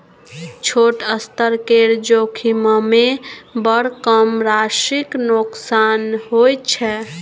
छोट स्तर केर जोखिममे बड़ कम राशिक नोकसान होइत छै